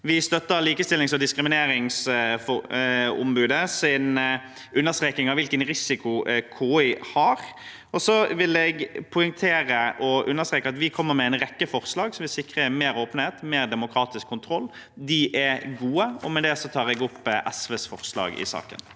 Vi støtter Likestillings- og diskrimineringsombudets understreking av hvilken risiko KI har. Jeg vil poengtere og understreke at vi kommer med en rekke forslag som vil sikre mer åpenhet og mer demokratisk kontroll. De er gode. – Med det tar jeg opp SVs forslag i saken.